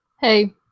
Hey